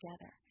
together